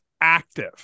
active